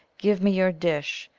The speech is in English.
give me your dish!